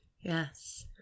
Yes